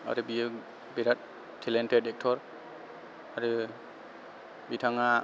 आरो बियो बिराथ टेलेन्टेड एक्टर आरो बिथाङा